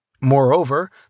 Moreover